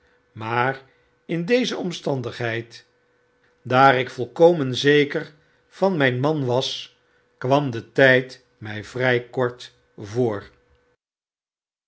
maar in deze omstandigheid daar ik volkomen zeker van mijn man was kwam de tijd mij vrfl kort voor